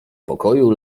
pokoju